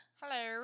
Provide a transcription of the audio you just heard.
Hello